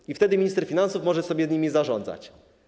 I wtedy minister finansów może sobie nimi zarządzać.